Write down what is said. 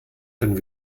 können